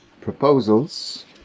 proposals